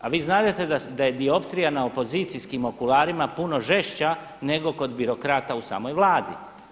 A vi znadete da je dioptrija na opozicijskim okularima puno žešća nego kod birokrata u samoj Vladi.